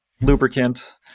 lubricant